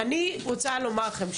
אני רוצה לומר לכם,